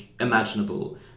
imaginable